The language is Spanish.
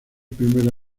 primer